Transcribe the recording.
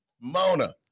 Mona